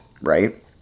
right